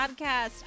Podcast